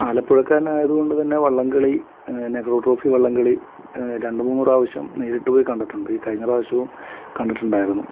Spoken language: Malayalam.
ആലപ്പുഴക്കാരൻ ആയതുകൊണ്ടുതന്നെ വള്ളംകളി നെഹ്റു ട്രോഫി വള്ളംകളി രണ്ടുമൂന്നു പ്രാവശ്യം നേരിട്ട് പോയി കണ്ടിട്ടുണ്ട് ഈ കഴിഞ്ഞ പ്രാവശ്യവും കണ്ടിട്ടുണ്ടായിരുന്നു